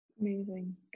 Amazing